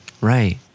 Right